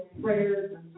Prayers